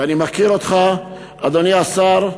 אני מכיר אותך, אדוני השר.